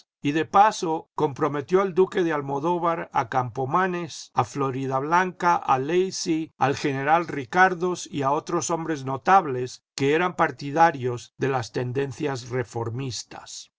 y de paso comprometió al duque de almodóvar a campomanes a floridablanca a lacy al general ricardos y a otros hombres notables que eran partidarios de las tendencias reformistas